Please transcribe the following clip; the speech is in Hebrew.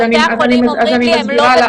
בתי החולים אומרים שהם לא בקריסה.